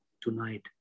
tonight